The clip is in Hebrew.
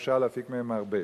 ואפשר להפיק מהם הרבה.